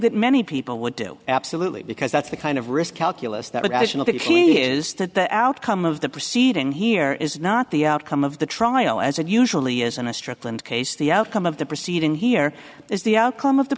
that many people would do absolutely because that's the kind of risk calculus that as you know that he is that the outcome of the proceeding here is not the outcome of the trial as it usually isn't a strickland case the outcome of the proceeding here is the outcome of the